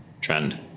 trend